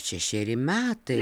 šešeri metai